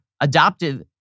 adoptive